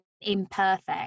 imperfect